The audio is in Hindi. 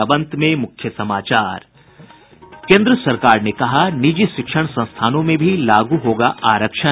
और अब अंत में मुख्य समाचार केन्द्र सरकार ने कहा निजी शिक्षण संस्थानों में भी लागू होगा आरक्षण